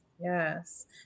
yes